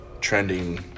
trending